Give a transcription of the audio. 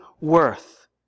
worth